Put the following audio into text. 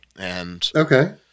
Okay